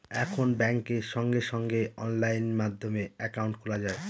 এখন ব্যাঙ্কে সঙ্গে সঙ্গে অনলাইন মাধ্যমে একাউন্ট খোলা যায়